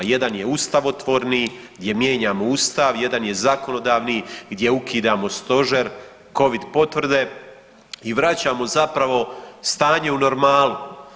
Jedan je ustavotvorni gdje mijenjamo Ustav, jedan je zakonodavni gdje ukidamo stožer Covid potvrde i vraćamo zapravo stanje u normalu.